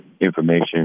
information